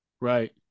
Right